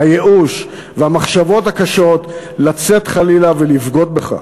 הייאוש והמחשבות הקשות לצאת חלילה ולבגוד בך,